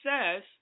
says